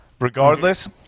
regardless